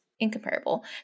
Incomparable